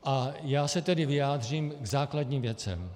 A já se tedy vyjádřím k základním věcem.